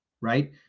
right